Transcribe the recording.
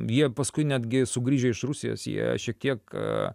jie paskui netgi sugrįžę iš rusijos jie šiek tiek